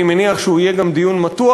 אני מניח שהוא יהיה גם דיון מתוח,